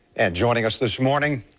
and joining us this morning,